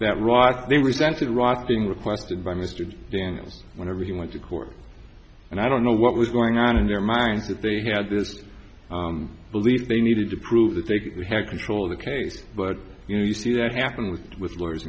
that rod they resented writing requested by mr daniels whenever he went to court and i don't know what was going on in their minds that they had this belief they needed to prove that they had control of the case but you know you see that happen with with lawyers